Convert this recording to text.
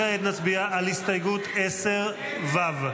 כעת נצביע על הסתייגות 10 ו'.